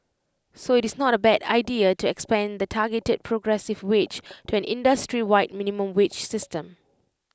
so IT is not A bad idea to expand the targeted progressive wage to an industry wide minimum wage system